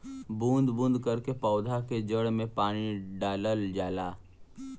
बूंद बूंद करके पौधा के जड़ में पानी डालल जाला